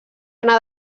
anar